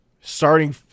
starting